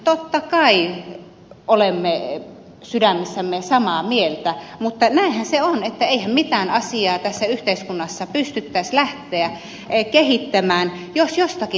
totta kai olemme sydämessämme samaa mieltä mutta näinhän se on että eihän mitään asiaa tässä yhteiskunnassa pystyttäisi kehittämään jos jostakin ei voisi aloittaa